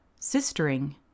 sistering